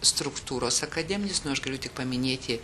struktūros akademinės nu aš galiu tik paminėti